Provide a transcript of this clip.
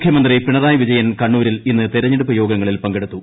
മുഖ്യമന്ത്രി പിണറായി വിജയൻ കണ്ണൂരിൽ ഇന്ന് തെരഞ്ഞെടുപ്പ് യോഗങ്ങളിൽ പങ്കെടുത്തു